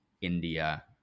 india